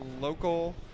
local